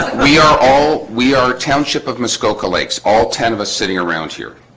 we are all we are township of muskoka lakes all ten of us sitting around here